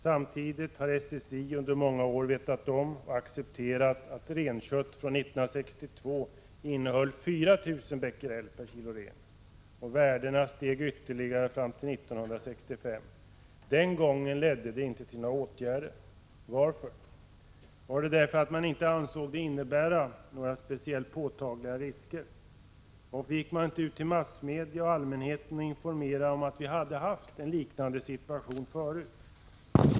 Samtidigt har SSI under många år vetat om och accepterat att renkött från år 1962 innehöll 400 Bq per kg ren. Och värdena steg ytterligare fram till 1965. Den gången ledde det inte till några åtgärder. Varför? Var det därför att man inte ansåg det innebära några påtagliga risker? Varför gick man inte ut till massmedia och allmänheten och informerade om att vi haft en liknande situation förut?